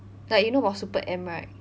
like you know about super M right